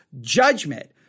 judgment